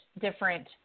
different